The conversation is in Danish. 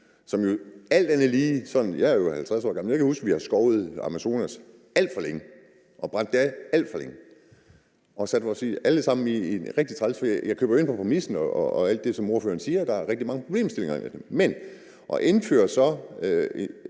skovede områder efter 2021. Jeg er 50 år gammel, og jeg kan huske, at vi har skovet i Amazonas alt for længe og brændt det af alt for længe, hvor man satte os alle sammen i en rigtig træls situation. Jeg køber ind på præmissen og alt det, som ordføreren siger, i forhold til at der er rigtig mange problemstillinger, men det her er at indføre